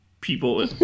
people